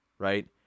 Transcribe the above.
right